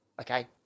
Okay